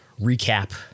Recap